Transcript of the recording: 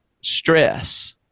stress